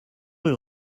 rue